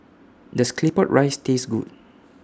Does Claypot Rice Taste Good